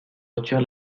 retire